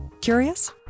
Curious